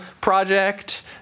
project